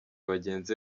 bagenzi